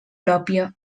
pròpia